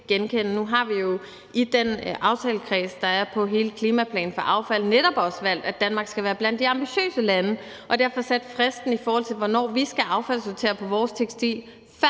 Nu har vi jo i den aftalekreds, der er om hele klimaplanen for affald, netop valgt, at Danmark skal være blandt de ambitiøse lande, og derfor har vi sat fristen for, hvornår vi skal affaldssortere vores tekstiler, før andre lande.